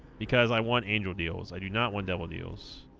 because i want angel deals i do not want devil deals